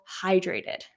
hydrated